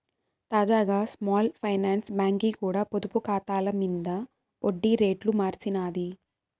తాజాగా small finance బాంకీ కూడా పొదుపు కాతాల మింద ఒడ్డి రేట్లు మార్సినాది